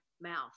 mouth